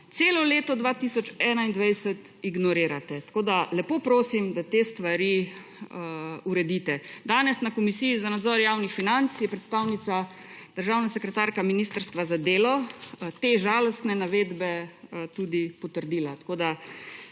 celo leto 2021 ignorirate. Lepo prosim, da te stvari uredite. Danes je na Komisiji za nadzor javnih financ predstavnica državna sekretarka ministrstva za delo te žalostne navedbe tudi potrdila. Ni vam